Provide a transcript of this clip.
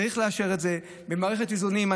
צריך לאשר את זה במערכת איזונים.